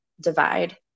divide